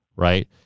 right